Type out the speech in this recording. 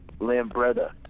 Lambretta